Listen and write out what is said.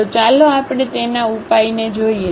તો ચાલો આપણે તેના ઉપાયને જોઈએ